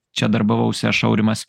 čia darbavausi aš aurimas